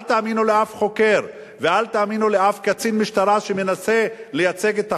אל תאמינו לאף חוקר ואל תאמינו לאף קצין משטרה שמנסה לייצג את החוק,